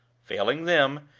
failing them,